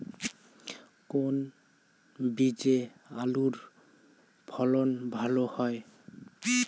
কোন বীজে আলুর ফলন ভালো হয়?